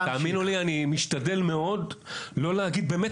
תאמינו לי שאני משתדל מאוד לא להגיד מה באמת